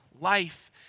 life